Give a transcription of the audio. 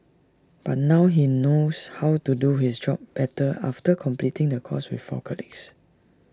but now he knows how to do his job better after completing the course with four colleagues